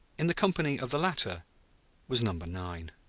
in the company of the latter was number nine.